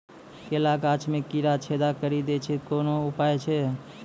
केला गाछ मे कीड़ा छेदा कड़ी दे छ रोकने के उपाय बताइए?